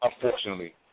unfortunately